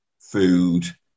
food